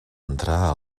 entrar